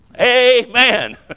Amen